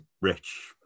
rich